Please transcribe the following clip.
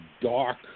dark